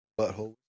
Butthole